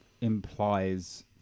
implies